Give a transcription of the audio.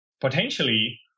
potentially